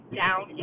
down